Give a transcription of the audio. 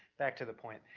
back to the point.